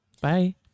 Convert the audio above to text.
Bye